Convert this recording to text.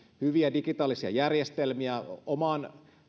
hyviä digitaalisia järjestelmiä oman